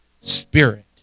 Spirit